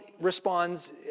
responds